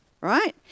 right